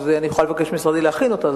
אז אני יכולה לבקש ממשרדי להכין אותם.